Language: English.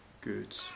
good